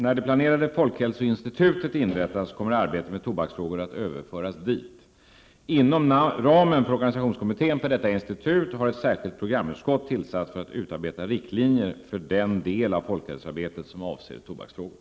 När det planerade folkhälsoinstitutet inrättats kommer arbetet med tobaksfrågor att överföras dit. Inom ramen för organisationskommittén för detta institut har ett särskilt programutskott tillsatts för att utarbeta riktlinjer för den del av folkhälsoarbetet som avser tobaksfrågor.